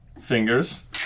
fingers